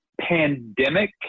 pandemic